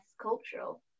cultural